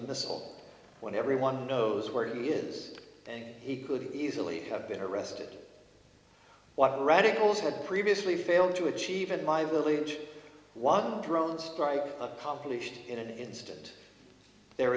missile when everyone knows where he is then he could easily have been arrested what radicals had previously failed to achieve in my village one drone strike accomplished in an instant there